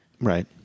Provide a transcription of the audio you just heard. Right